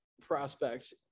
prospect